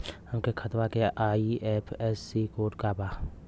हमरे खतवा के आई.एफ.एस.सी कोड का बा?